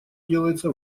делается